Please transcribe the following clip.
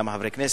כמה חברי כנסת,